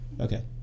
Okay